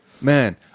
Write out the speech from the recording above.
Man